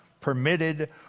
permitted